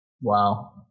Wow